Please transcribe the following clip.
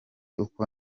uko